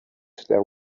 there